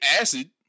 acid